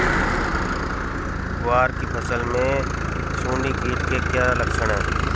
ग्वार की फसल में सुंडी कीट के क्या लक्षण है?